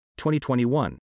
2021